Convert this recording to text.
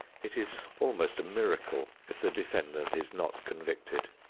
it is almost a miracle if the defendant is not convicted.